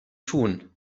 tun